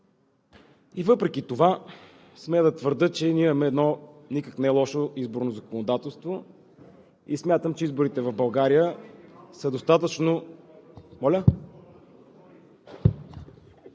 И въпреки това смея да твърдя, че ние имаме едно никак нелошо изборно законодателство. Смятам, че изборите в България, като